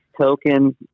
token